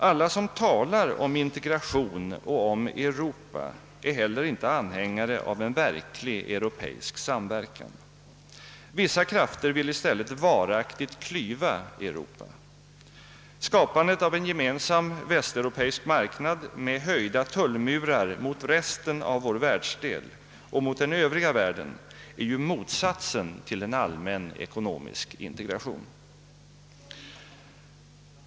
Alla som talar om integration och om Europa är heller inte anhängare av en verklig europeisk samverkan. Vissa krafter vill i stället varaktigt klyva Europa. Skapandet av en gemensam västeuropeisk marknad med höjda tullmurar mot resten av vår världsdel och mot den övriga världen är ju motsatsen till en allmän ekonomisk integration.